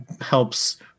Helps